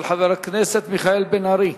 ראשונה, של חבר הכנסת מיכאל בן-ארי,